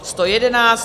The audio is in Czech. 111.